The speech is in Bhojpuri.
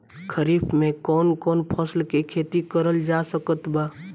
खरीफ मे कौन कौन फसल के खेती करल जा सकत बा?